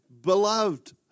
beloved